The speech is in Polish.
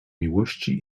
miłości